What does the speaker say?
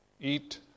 eat